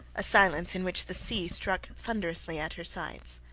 a silence in which the sea struck thunderously at her sides.